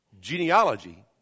genealogy